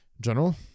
General